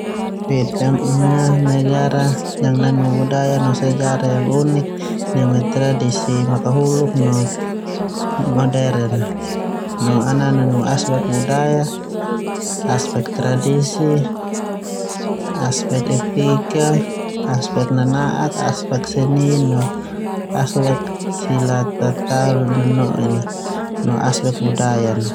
Vietnam ia negara yang nanu buay bo sejarh yang unik neme tradisi makahuluk no modern, no nau aspek budaya, aspek tradisi aspek etika, aspek nana'ak aspek seni, aspek kerajinan, no aspek budaya.